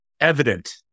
evident